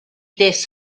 this